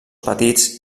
petits